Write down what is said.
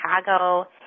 Chicago